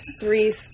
three